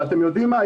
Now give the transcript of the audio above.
אתם יודעים מה,